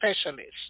specialists